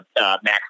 max